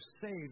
saved